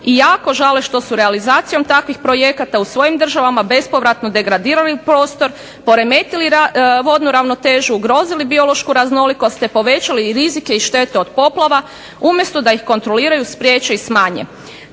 jako žale što su realizacijom takvih projekata u svojim državama bespovratno degradirali prostor, poremetili vodnu ravnotežu, ugrozili biološku raznolikost te povećali i rizike i štete od poplava umjesto da ih kontroliraju, spriječe i smanje.